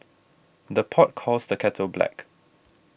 the pot calls the kettle black